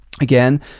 again